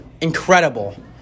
incredible